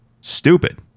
stupid